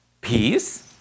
peace